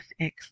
FX